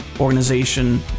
Organization